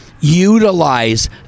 utilize